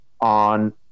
on